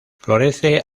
florece